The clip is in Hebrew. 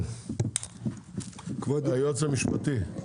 כבוד היועץ המשפטי,